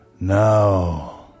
now